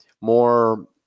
more